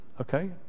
Okay